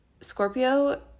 Scorpio